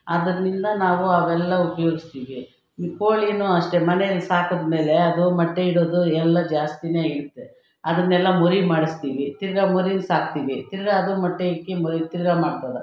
ಅದರಿಂದ ನಾವು ಅವೆಲ್ಲ ಉಪಯೋಗಿಸ್ತಿವಿ ಈ ಕೋಳಿನು ಅಷ್ಟೇ ಮನೆಯಲ್ಲಿ ಸಾಕಿದ್ಮೇಲೆ ಅದು ಮೊಟ್ಟೆ ಇಡೋದು ಎಲ್ಲ ಜಾಸ್ತಿ ಇಡುತ್ತೆ ಅದನ್ನೆಲ್ಲ ಮರಿ ಮಾಡಿಸ್ತಿವಿ ತಿರ್ಗ ಮರಿನ ಸಾಕ್ತೀವಿ ತಿರ್ಗ ಅದು ಮೊಟ್ಟೆ ಇಕ್ಕಿ ಮರಿ ತಿರ್ಗ ಮಾಡ್ತದೆ